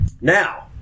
Now